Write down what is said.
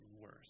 worse